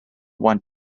want